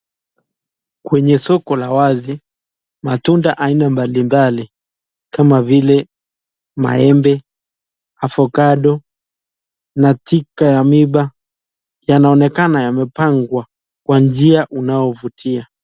Kwenye soko la wazi, matunda aina mbali mbali kama vile maembe, avokado na tika ya miba yanaonekana yamepangwa kwa njia unaovutia.